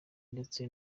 ndetse